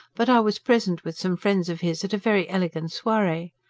but i was present with some friends of his at a very elegant soiree.